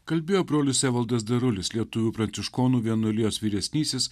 kalbėjo brolis evaldas darulis lietuvių pranciškonų vienuolijos vyresnysis